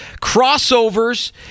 crossovers